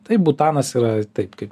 taip butanas yra taip kaip